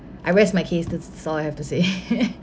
I rest my case this is all I have to say